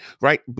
Right